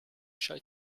shy